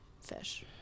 fish